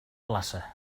plaça